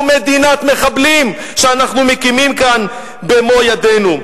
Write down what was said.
מדינת מחבלים שאנחנו מקימים כאן במו-ידינו.